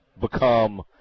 become